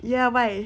ya why